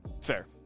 Fair